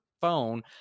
phone